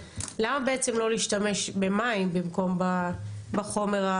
למה לא להשתמש במים במקום בחומר,